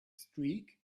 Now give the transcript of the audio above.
streak